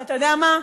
אתה יודע מה,